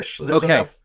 Okay